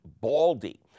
baldy